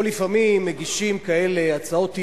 לפעמים מגישים פה כאלה הצעות אי-אמון,